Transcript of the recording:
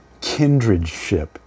kindredship